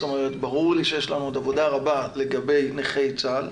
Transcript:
ברור לי שיש לנו עוד עבודה רבה לגבי נכי צה"ל,